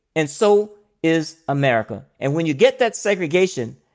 and so is america. and when you get that segregation,